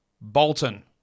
Bolton